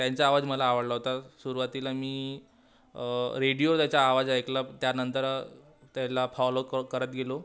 त्यांचा आवाज मला आवडला होता सुरवातीला मी रेडिओ त्याचा आवाज ऐकला त्यानंतर त्याला फॉलो क करत गेलो